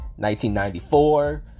1994